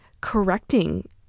correcting